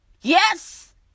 Yes